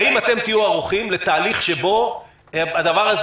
האם אתם תהיו ערוכים לתהליך שבו הדבר הזה